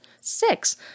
six